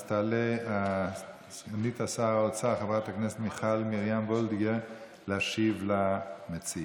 אז תעלה סגנית שר האוצר חברת הכנסת מיכל מרים וולדיגר להשיב למציעים.